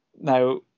Now